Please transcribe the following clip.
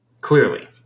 Clearly